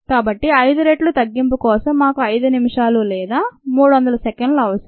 కాబట్టి 5 రెట్లు తగ్గింపు కోసం మాకు 5 నిమిషాలు లేదా 300 సెకన్లు అవసరం